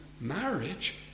marriage